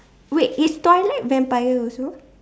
wait is Twilight vampire also